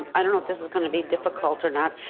i don't know if this is gonna be difficult or not,